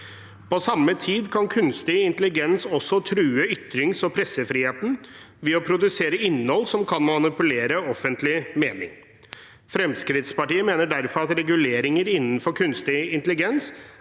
På samme tid kan kunstig intelligens også true ytrings- og pressefriheten ved å produsere innhold som kan manipulere offentlig mening. Fremskrittspartiet mener derfor at reguleringer for kunstig intelligens